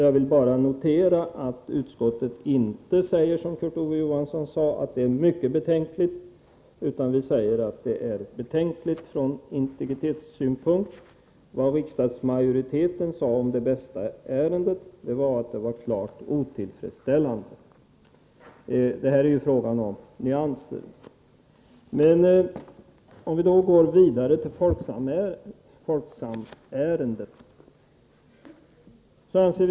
Jag vill bara notera att utskottet inte säger, som Kurt Ove Johansson anförde, att detta är mycket betänkligt. Utskottet säger att det är betänkligt ur integritetssynpunkt. Riksdagsmajoriteten sade om Det Bästa-ärendet att det var klart otillfredsställande. Det är ju här fråga om nyanser. Sedan till Folksamärendet.